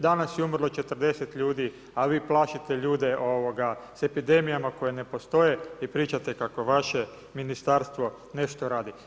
Danas je umrlo 40 ljudi, a vi plašite ljude sa epidemijama koje ne postoje i pričate kako vaše ministarstvo nešto radi.